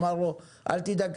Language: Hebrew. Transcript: אמר לו אל תדאג.